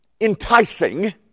enticing